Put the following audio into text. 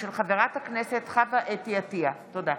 תודה.